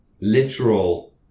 literal